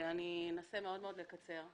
ואנסה מאוד לקצר בדברים.